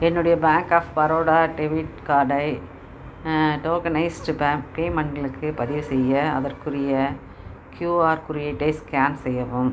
என்னுடைய bank of Baroda debit கார்டை tokenised பேமெண்ட்களுக்கு பதிவுசெய்ய அதற்குரிய கியூஆர் குறியீட்டை ஸ்கேன் செய்யவும்